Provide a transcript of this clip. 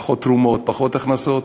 פחות תרומות, פחות הכנסות,